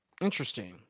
Interesting